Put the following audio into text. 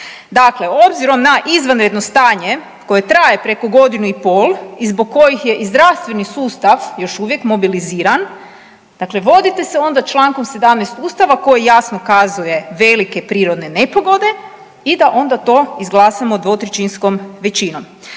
Dakle, obzirom na izvanredno stanje koje traje preko godinu i pol i zbog kojih je i zdravstveni sustav još uvijek mobiliziran dakle vodite se onda člankom 17. Ustava koji jasno kazuje velike prirodne nepogode i da onda to izglasamo 2/3 većinom.